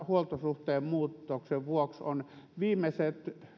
huoltosuhteen muutoksen vuoksi viimeiset